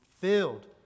filled